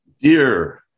Dear